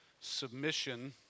submission